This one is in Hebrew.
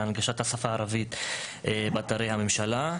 הנגשת השפה הערבית באתרי הממשלה.